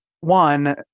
one